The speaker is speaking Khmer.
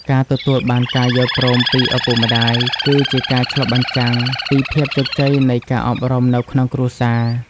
ការទទួលបានការយល់ព្រមពីឪពុកម្ដាយ គឺជាការឆ្លុះបញ្ចាំងពីភាពជោគជ័យនៃការអប់រំនៅក្នុងគ្រួសារ។